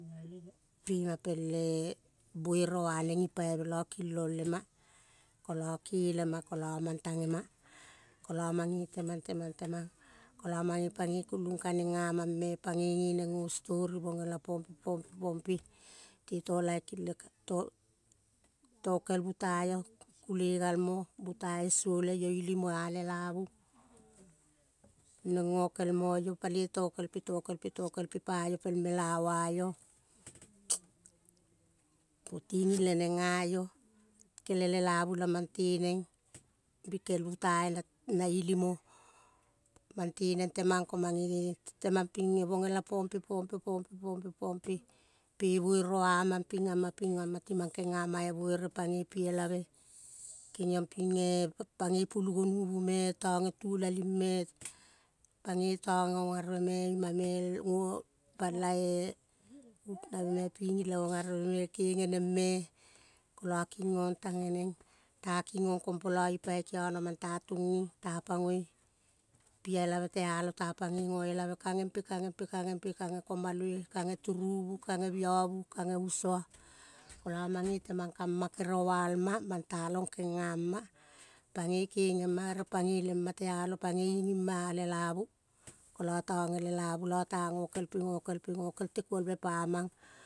Pe ma pel-en buere yaneng gi paive lo kilong lema, kolo kele ma, kolo mang tage ma, kolo mange temang, temang, temang, kolo mange pagoi kuluka neng gamang me pagoi geneng go stori mogela pompe, pompe, pompe, tokel bu ta iyo kule gal mo bu ta iyo sole iyo ilimo ah lelavu neng gokel mo yo, yo paloi tokel pe tokel pe, tokel pe pa yo mela ua yo, togiging le neng ka yo kele lelavu la mang tenang bikel bu ta yo na ilimo. Mang te neng temang mange temang ping bogela pope, pope, pope. Pope, pope pe, buere ya mang ping ama, ping ama, ping ama timang kenga ma buere pagoi pi elave, kegiong ping eh. Pagoi pulu gonuvu me toge tulaling me. Pagoi tonge ogareve me ima me pala-eh pigi le ogare ve me, kegeneng me. Kolo gingong tageneng ta kingong kong polo ipai kiano ta tuengeng, ta pagoi pi elave tia long ta pagoi go elave, kage pe, kage pe kage komaloi, kage turuvu, kage biovu, kage usuo, kolo mange temang kamma kere wal ma, mang talong kenga ma pagoi kege ma ere pagoi le ma, tialong pagoi igima ah lelavu kolo toge lelavu lo, kolo talong gokel pe gokel pe te kuolve pamang.